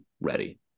ready